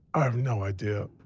i have no idea.